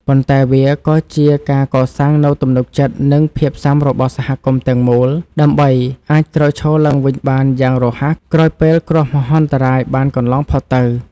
ប៉ុន្តែវាក៏ជាការកសាងនូវទំនុកចិត្ត និងភាពស៊ាំរបស់សហគមន៍ទាំងមូល ដើម្បីអាចក្រោកឈរឡើងវិញបានយ៉ាងរហ័សក្រោយពេលគ្រោះមហន្តរាយបានកន្លងផុតទៅ។